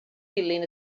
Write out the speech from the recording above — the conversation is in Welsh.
dilyn